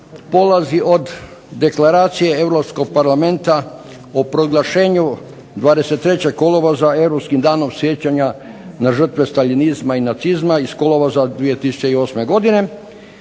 polazi od Deklaracije Europskog parlamenta o proglašenju 23. kolovoza Europskim danom sjećanja na žrtve staljinizma i nacizma iz kolovoza 2008. godine